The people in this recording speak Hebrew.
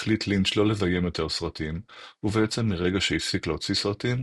החליט לינץ' לא לביים יותר סרטים ובעצם מרגע שהפסיק להוציא סרטים,